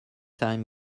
time